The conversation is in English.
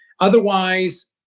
otherwise,